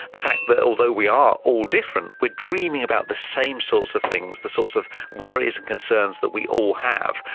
the fact that although we are all different, we're dreaming about the same sorts of things, the sorts of worries and concerns that we all have,